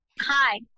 Hi